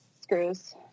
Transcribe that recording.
screws